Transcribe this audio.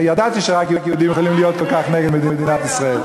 ידעתי שרק יהודים יכולים להיות כל כך נגד מדינת ישראל.